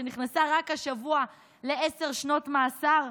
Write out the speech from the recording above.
שנכנסה רק השבוע לעשר שנות מאסר?